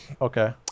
Okay